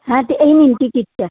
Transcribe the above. হ্যাঁ তো এই নিন টিকিটটা